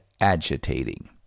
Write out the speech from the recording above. agitating